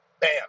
bam